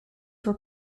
were